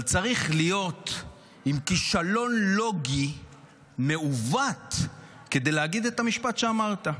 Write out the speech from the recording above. אבל צריך להיות עם כישלון לוגי מעוות כדי להגיד את המשפט שאמרת,